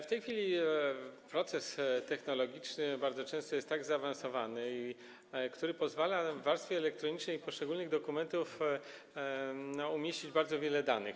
W tej chwili proces technologiczny bardzo często jest tak zaawansowany, że pozwala w warstwie elektronicznej poszczególnych dokumentów umieścić bardzo wiele danych.